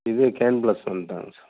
இது can block சொல்லிட்டாங்க sir